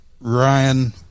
Ryan